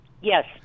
Yes